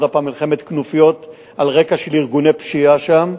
עוד הפעם מלחמת כנופיות על רקע של ארגוני פשיעה שם.